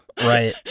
Right